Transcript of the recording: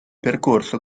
percorso